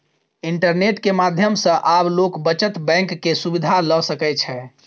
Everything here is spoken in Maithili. इंटरनेट के माध्यम सॅ आब लोक बचत बैंक के सुविधा ल सकै छै